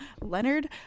Leonard